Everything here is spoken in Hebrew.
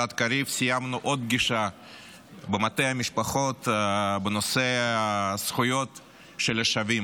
סיימנו עוד פגישה במטה המשפחות בנושא הזכויות של השבים